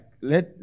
let